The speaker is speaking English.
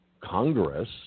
Congress